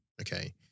Okay